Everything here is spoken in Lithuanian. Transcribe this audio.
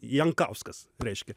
jankauskas reiškia